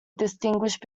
distinguished